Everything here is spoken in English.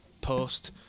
post